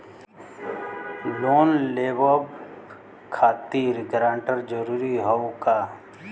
Loan लेवब खातिर guarantor जरूरी हाउ का?